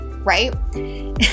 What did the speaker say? Right